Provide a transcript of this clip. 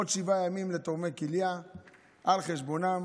עוד שבעה ימים לתורמי כליה על חשבונם.